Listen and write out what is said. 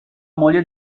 moglie